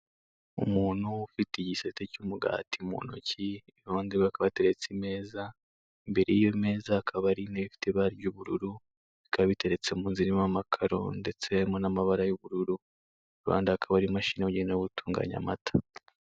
Umuntu ufite igisate cy'umugati mu ntoki, iruhande rwe hakaba hateretse imeza imbere y'i meza hakaba ari ntebe ifite ibara ry'ubururu bikaba biteretse mu zi irimo amakaro ndetse hakamo n'amabara y'ubururu, kuruhande hakaba imashini igenewe gutunganya amata.